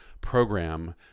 program